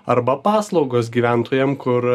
arba paslaugos gyventojam kur